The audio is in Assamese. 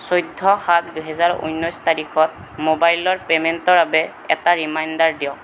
চৈধ্য় সাত দুহেজাৰ ঊনৈছ তাৰিখত মোবাইলৰ পেমেণ্টৰ বাবে এটা ৰিমাইণ্ডাৰ দিয়ক